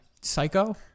psycho